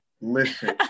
Listen